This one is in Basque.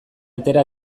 atera